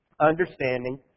understanding